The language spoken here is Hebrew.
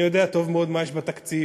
אני יודע טוב מאוד מה יש בתקציב,